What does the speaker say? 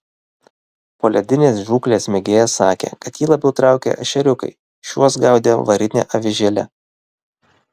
poledinės žūklės mėgėjas sakė kad jį labiau traukia ešeriukai šiuos gaudė varine avižėle